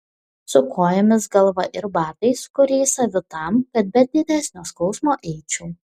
su kojomis galva ir batais kuriais aviu tam kad be didesnio skausmo eičiau